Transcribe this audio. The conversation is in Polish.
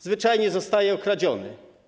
Zwyczajnie zostanie okradziony.